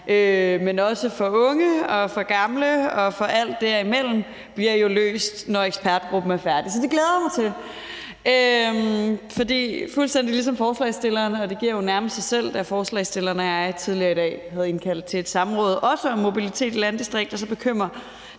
men også for unge, for gamle og for alt derimellem bliver jo løst, når ekspertgruppen er færdig, så det glæder jeg mig til. Fuldstændig ligesom forslagsstillerne, og det giver jo nærmest sig selv, da ordføreren for forslagsstillerne og jeg tidligere i dag havde indkaldt til et samråd også om mobilitet i landdistrikterne, så bekymrer